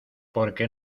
porque